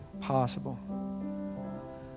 possible